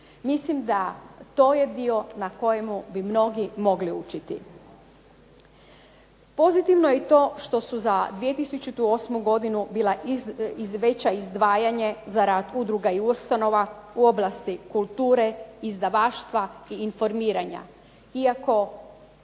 Mislim da je to dio na kojemu bi mnogi mogli učiti. Pozitivno je i to što su za 2008. godinu bilo veće izdvajanje za rad udruga i ustanova u oblasti kulture, izdavaštva i informiranja.